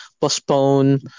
postpone